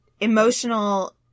emotional